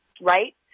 right